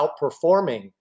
outperforming